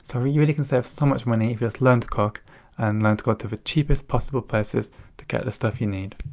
so you really can save so much money if you just learn to cook and learn to go to the cheapest possible places to get the stuff you need.